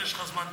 יש לך זמן דיבור,